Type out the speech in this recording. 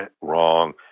Wrong